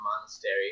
monastery